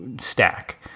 stack